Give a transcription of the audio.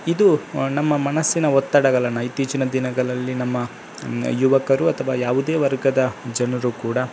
ಇದು ನಮ್ಮ ಮನಸ್ಸಿನ ಒತ್ತಡಗಳನ್ನು ಇತ್ತೀಚಿನ ದಿನಗಳಲ್ಲಿ ನಮ್ಮ ಯುವಕರು ಅಥವಾ ಯಾವುದೇ ವರ್ಗದ ಜನರು ಕೂಡ